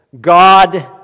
God